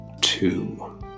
two